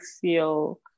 feel